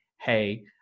hey